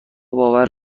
باور